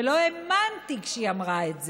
ולא האמנתי כשהיא אמרה את זה.